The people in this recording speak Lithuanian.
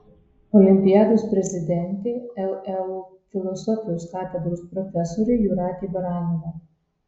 olimpiados prezidentė leu filosofijos katedros profesorė jūratė baranova